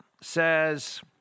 says